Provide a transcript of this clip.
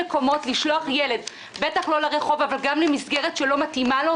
כששולחים ילד למסגרת שלא מתאימה לו,